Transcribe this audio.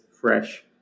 fresh